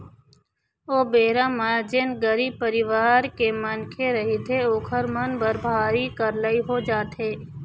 ओ बेरा म जेन गरीब परिवार के मनखे रहिथे ओखर मन बर भारी करलई हो जाथे